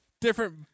Different